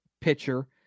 pitcher